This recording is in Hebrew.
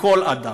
בכל אדם.